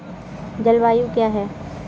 जलवायु क्या है?